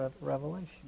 revelation